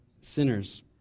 sinners